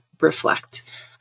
reflect